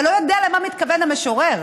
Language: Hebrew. אתה לא יודע למה מתכוון המשורר.